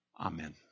Amen